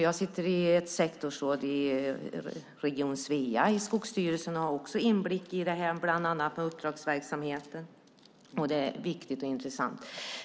Jag sitter i ett sektorsråd i region Svea i Skogsstyrelsen och har också inblick i bland annat detta med uppdragsverksamheten, och det är viktigt och intressant.